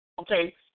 okay